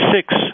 six